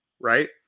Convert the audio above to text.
right